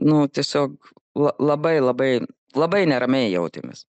nu tiesiog la labai labai labai neramiai jautėmės